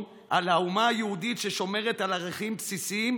על האומה היהודית ששומרת על ערכים בסיסיים,